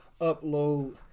upload